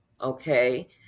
okay